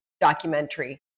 documentary